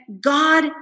God